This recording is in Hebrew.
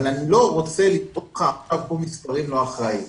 אבל אני לא רוצה לתת לך פה מספרים לא אחראים.